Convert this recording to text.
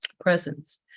presence